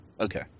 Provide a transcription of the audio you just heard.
Okay